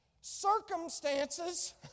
Circumstances